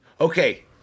okay